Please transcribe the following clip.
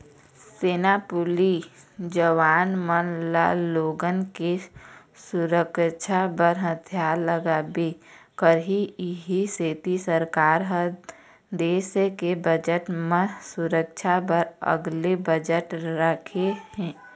सेना, पुलिस जवान मन ल लोगन के सुरक्छा बर हथियार लागबे करही इहीं सेती सरकार ह देस के बजट म सुरक्छा बर अलगे बजट राखे हे